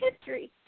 history